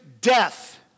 death